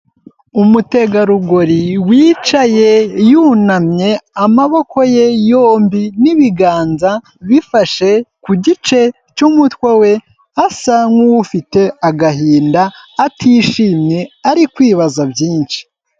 Umutegarugori wicaye yunamye, amaboko ye yombi n'ibiganza bifashe ku gice cy'umutwe we, asa nk'ufite agahinda, atishimye, ari kwibaza byinshi.